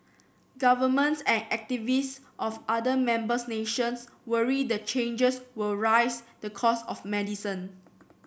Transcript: governments and activists of other members nations worry the changes will rise the cost of medicine